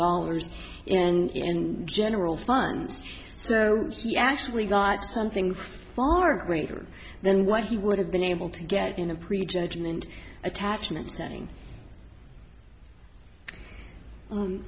dollars in general funds so he actually got something far greater than what he would have been able to get in a prejudgment attachment saying